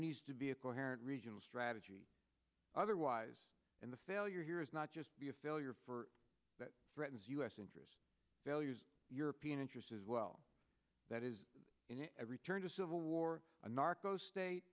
needs to be a coherent regional strategy otherwise and the failure here is not just be a failure for that threatens us interests values european interests as well that is in every turn to civil war